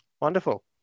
Wonderful